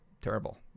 terrible